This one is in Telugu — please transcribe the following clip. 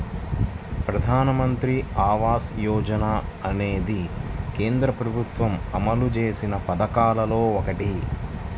ప్రధానమంత్రి ఆవాస యోజన అనేది కేంద్ర ప్రభుత్వం అమలు చేసిన పథకాల్లో ఒకటి